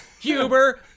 Huber